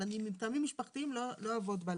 אבל אני מטעמים משפחתיים לא אעבוד בלילה.